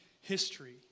history